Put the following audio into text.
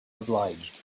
obliged